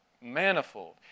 manifold